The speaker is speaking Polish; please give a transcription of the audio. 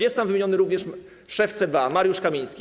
Jest tam wymieniony również szef CBA Mariusz Kamiński.